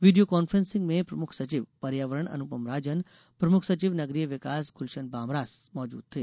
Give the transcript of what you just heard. video conferencing में प्रमुख सचिव पर्यावरण अनुपम राजन प्रमुख सचिव नगरीय विकास गुलशन बामरा मौजूद थे